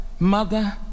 mother